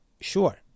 Sure